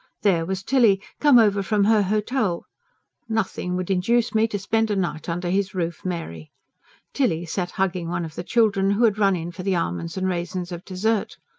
there was tilly, come over from her hotel nothing would induce me to spend a night under his roof, mary tilly sat hugging one of the children, who had run in for the almonds and raisins of dessert.